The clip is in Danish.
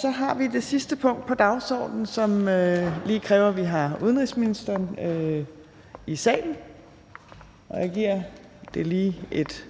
Så har vi det sidste punkt på dagsordenen, som lige kræver, at vi har udenrigsministeren i salen. Jeg giver det lige et